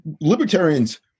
Libertarians